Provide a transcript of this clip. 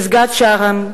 פסגת שארם,